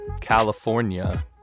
California